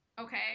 okay